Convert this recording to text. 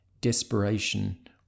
desperation